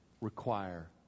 require